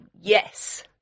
yes